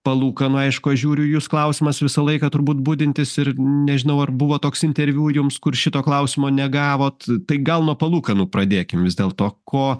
palūkanų aišku aš žiūriu jus klausimas visą laiką turbūt budintis ir nežinau ar buvo toks interviu jums kur šito klausimo negavot tai gal nuo palūkanų pradėkim vis dėlto ko